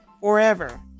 forever